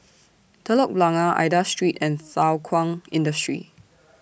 Telok Blangah Aida Street and Thow Kwang Industry